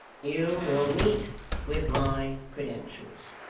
you will meet with my credentials